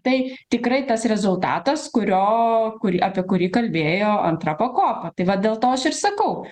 tai tikrai tas rezultatas kurio kuri apie kurį kalbėjo antra pakopa tai va dėl to aš ir sakau